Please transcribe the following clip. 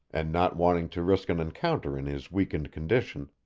and not wanting to risk an encounter in his weakened condition,